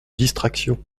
distraction